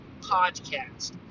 Podcast